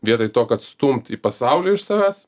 vietoj to kad stumti į pasaulį iš savęs